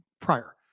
prior